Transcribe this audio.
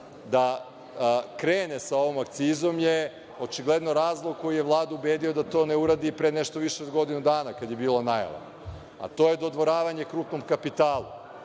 da krene sa ovom akcizom je očigledno razlog koji je Vladu ubedio da to ne uradi pre nešto više od godinu dana, kada je bila najava, a to je dodvoravanje krupnom kapitalu.